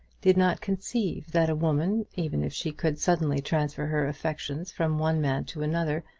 did not conceive that a woman, even if she could suddenly transfer her affections from one man to another,